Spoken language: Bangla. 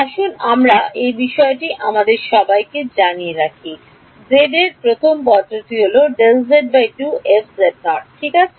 আসুন আমরা এই বিষয়টি আমাদের সবাইকে জানি যাক z এর এই প্রথম পদটি হল ঠিক আছে